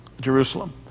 Jerusalem